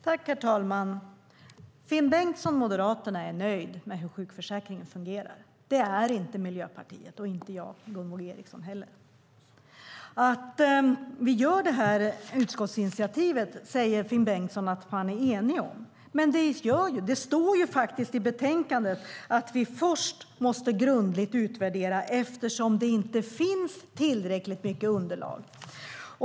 Herr talman! Finn Bengtsson från Moderaterna är nöjd med hur sjukförsäkringen fungerar. Det är inte Miljöpartiet och inte heller jag, Gunvor G Ericson. Finn Bengtsson är överens med oss om utskottsinitiativet. Det står i betänkandet att vi först måste grundligt utvärdera, eftersom det inte finns tillräckligt mycket underlag.